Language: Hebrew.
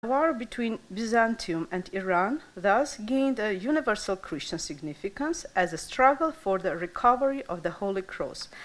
המלחמת בין ביזנטיום לאיראן, וככה, הגיעה למיוחדת קריסטייה אוניברסלית, למנהיגות הקריסטייה.